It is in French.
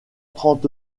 trente